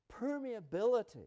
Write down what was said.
permeability